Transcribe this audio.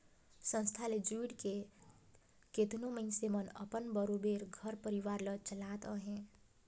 संस्था ले जुइड़ के केतनो मइनसे मन अपन बरोबेर घर परिवार ल चलात अहें